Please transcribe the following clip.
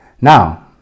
Now